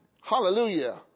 Hallelujah